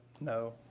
No